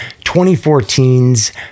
2014's